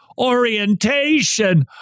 orientation